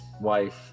wife